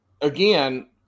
Again